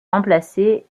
remplacer